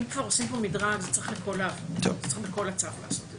אם כבר עושים פה מדרג, צריך בכול הצו לעשות את זה.